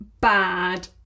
bad